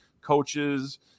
coaches